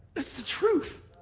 it's the truth.